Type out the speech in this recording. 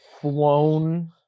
flown